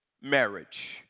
marriage